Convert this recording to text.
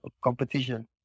competition